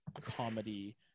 comedy